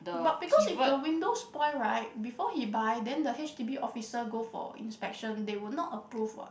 but because if the window spoil right before he buy then the H_D_B officer go for inspection they would not approve what